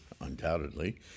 undoubtedly